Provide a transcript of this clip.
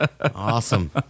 Awesome